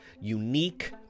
unique